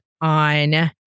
on